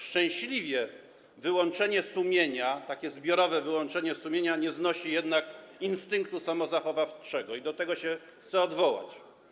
Szczęśliwie wyłączenie sumienia, takie zbiorowe wyłączenie sumienia nie znosi jednak instynktu samozachowawczego i do tego chcę się odwołać.